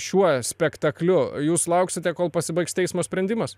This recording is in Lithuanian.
šiuo spektakliu jūs lauksite kol pasibaigs teismo sprendimas